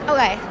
Okay